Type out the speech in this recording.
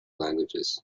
languages